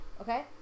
Okay